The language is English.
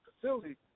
facility